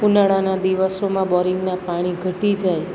ઉનાળાના દિવસોમાં બોરિંગના પાણી ઘટી જાય